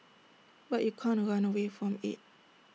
but you can't run away from IT